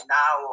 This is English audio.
now